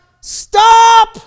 stop